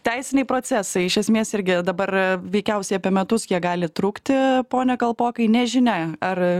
teisiniai procesai iš esmės irgi dabar veikiausiai apie metus jie gali trukti pone kalpokai nežinia ar